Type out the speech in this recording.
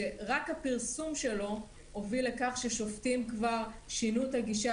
שרק הפרסום שלו הביא לכך ששופטים שינו את הגישה